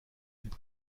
îles